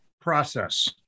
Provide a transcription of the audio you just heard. process